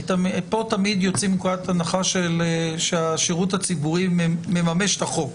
פה תמיד יוצאים מנקודת הנחה שהשירות הציבורי מממש את החוק,